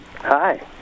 Hi